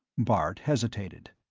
bart hesitated.